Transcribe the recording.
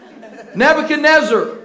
Nebuchadnezzar